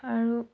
আৰু